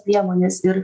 priemonės ir